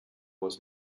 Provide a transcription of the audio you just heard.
was